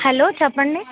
hello చెప్పండి